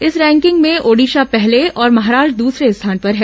इस रैंकिंग में ओडिशा पहले और महाराष्ट्र दूसरे स्थान पर है